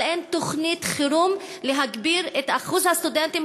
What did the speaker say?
אבל אין תוכנית חירום להגדיל את שיעור הסטודנטים